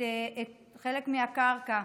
חלק מהקרקע,